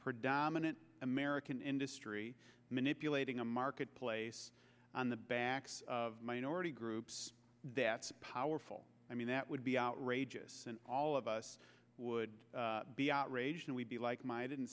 predominant american industry manipulating a market place on the backs of minority groups that are full i mean that would be outrageous and all of us would be outraged and we'd be like my i didn't